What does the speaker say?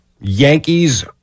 Yankees